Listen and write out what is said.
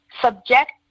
subject